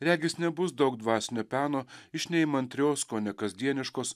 regis nebus daug dvasinio peno iš neįmantrios kone kasdieniškos